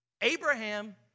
Abraham